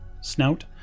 snout